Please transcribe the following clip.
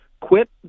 quit